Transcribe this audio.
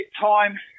time